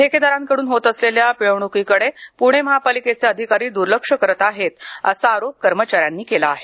ठेकेदारांकड्रन होत असलेल्या पिळवणुकीकडे पुणे महापालिकेचे अधिकारी दुर्लक्ष करत आहेत असा आरोप कर्मचाऱ्यांनी केला आहे